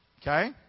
Okay